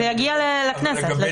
לדיון בכנסת.